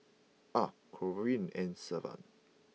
Ah Corrine and Sylvan